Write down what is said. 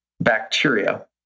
bacteria